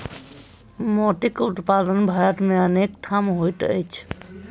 मोतीक उत्पादन भारत मे अनेक ठाम होइत अछि